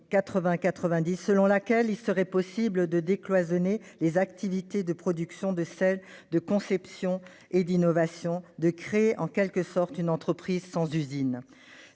selon laquelle il était possible de décloisonner les activités de production de celles de conception et d'innovation, et de créer en quelque sorte une entreprise sans usine.